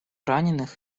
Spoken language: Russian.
раненых